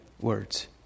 words